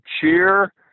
cheer